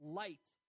light